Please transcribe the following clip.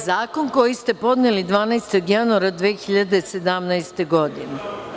Zakon koji ste podneli 12. januara 2017. godine.